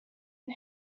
and